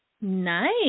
Nice